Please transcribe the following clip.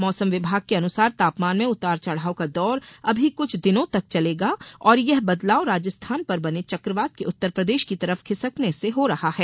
मौसम विभाग के अनुसार तापमान में उतार चढ़ाव का दौर अभी कुछ दिनों तक चलेगा और यह बदलाव राजस्थान पर बने चक्रवात के उत्तरप्रदेश की तरफ खिसकने से हो रहा है